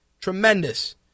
Tremendous